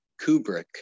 kubrick